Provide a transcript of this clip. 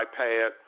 iPad